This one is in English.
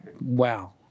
wow